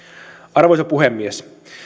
arvoisa puhemies